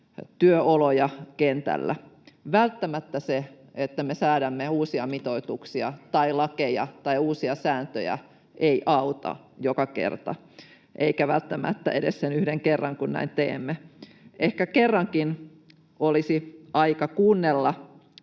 työoloja kentällä. Välttämättä se, että me säädämme uusia mitoituksia tai lakeja tai uusia sääntöjä, ei auta joka kerta — eikä välttämättä edes sen yhden kerran, kun näin teemme. Ehkä kerrankin olisi aika kuunnella